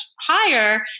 higher